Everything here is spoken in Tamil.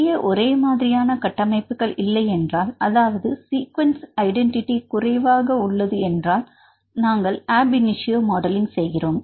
உரிய ஒரே மாதிரியான கட்டமைப்புகள் இல்லையென்றால் அல்லது சீக்வெண்ட்ஸ் ஐடென்டிட்டி குறைவாக உள்ளது என்றால் நாங்கள் ab initio மாடலிங் செய்கிறோம்